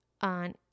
on